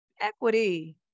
equity